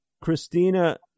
Christina